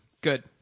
Good